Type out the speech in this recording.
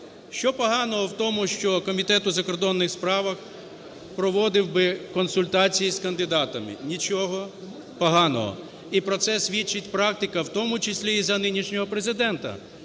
Що поганого у тому, що Комітет у закордонних справах проводив би консультації з кандидатами? Нічого поганого. І про це свідчить практика в тому числі і за нинішнього Президента,